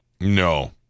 No